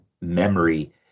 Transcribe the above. memory